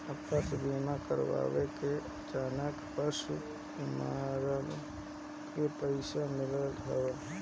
पशु बीमा कराए से अचानक पशु के मरला से पईसा मिलत हवे